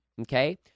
okay